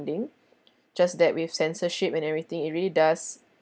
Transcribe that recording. funding just that with censorship and everything it really does